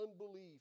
unbelief